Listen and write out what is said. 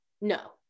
No